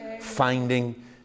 finding